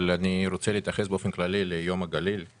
אבל אני רוצה להתייחס באופן כללי ליום הגליל.